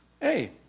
hey